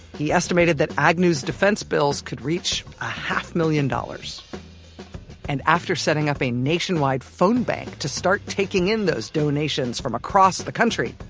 he estimated that agnew's defense bills could reach a half-million dollars and after setting up a nationwide phone bank to start taking in those donations from across the country,